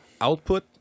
output